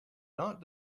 not